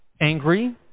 angry